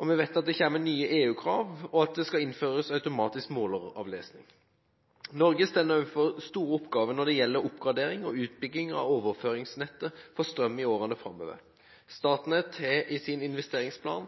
og vi vet at det kommer nye EU-krav, og at det skal innføres automatisk måleravlesing, AMS. Norge står overfor store oppgaver når det gjelder oppgradering og utbygging av overføringsnettet for strøm i årene framover. Statnett har i sin investeringsplan